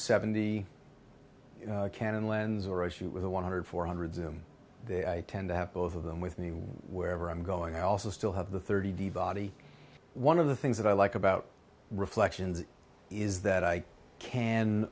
shoot with a one hundred four hundred zoom tend to have both of them with me wherever i'm going i also still have the thirty body one of the things that i like about reflections is that i can